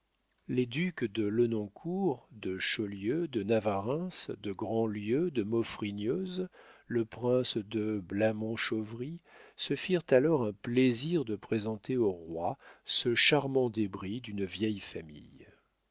les ducs de lenoncourt de chaulieu de navarreins de grandlieu de maufrigneuse le prince de blamont-chauvry se firent alors un plaisir de présenter au roi ce charmant débris d'une vieille famille